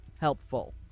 helpful